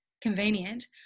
convenient